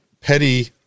petty